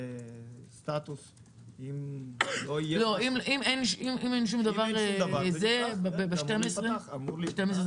אם אין שום דבר זה אמור להיפתח ב-12 בחודש?